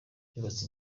yubatse